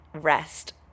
rest